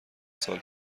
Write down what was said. سال